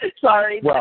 Sorry